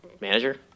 manager